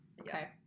Okay